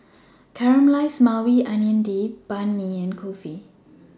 Caramelized Maui Onion Dip Banh MI and Kulfi